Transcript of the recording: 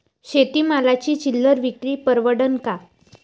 शेती मालाची चिल्लर विक्री परवडन का?